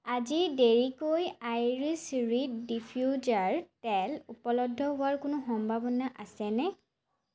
আজি দেৰিকৈ iris reed diffuser তেল উপলব্ধ হোৱাৰ কোনো সম্ভাৱনা আছেনে